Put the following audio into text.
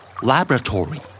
Laboratory